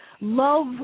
love